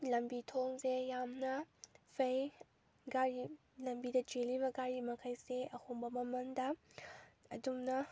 ꯂꯝꯕꯤ ꯊꯣꯡꯁꯦ ꯌꯥꯝꯅ ꯐꯩ ꯒꯥꯔꯤ ꯂꯝꯕꯤꯗ ꯆꯦꯜꯂꯤꯕ ꯒꯥꯔꯤ ꯃꯈꯩꯁꯦ ꯑꯍꯣꯡꯕ ꯃꯃꯟꯗ ꯑꯗꯨꯝꯅ